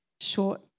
short